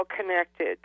connected